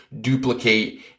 duplicate